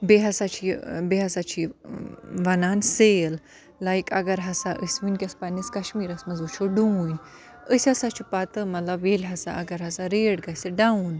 بیٚیہِ ہَسا چھِ یہِ بیٚیہِ ہَسا چھِ یہِ وَنان سیل لایِک اگر ہَسا أسۍ وٕنکٮ۪س پنٛنِس کَشمیٖرَس منٛز وٕچھو ڈوٗنۍ أسۍ ہَسا چھِ پَتہٕ مطلب ییٚلہِ ہَسا اگر ہَسا ریٹ گَژھِ ڈاوُن